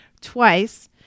twice